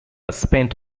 spent